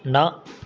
ਨਾ